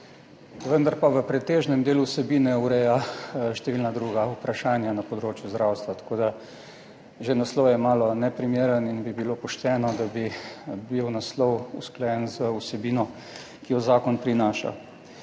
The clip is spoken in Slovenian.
vendar pa v pretežnem delu vsebine ureja številna druga vprašanja na področju zdravstva, tako da, že naslov je malo neprimeren in bi bilo pošteno, da bi bil naslov usklajen z vsebino, ki jo zakon prinaša.